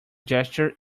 gesture